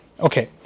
Okay